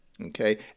Okay